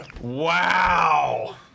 Wow